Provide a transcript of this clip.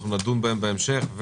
אנחנו נדון בהן בהמשך.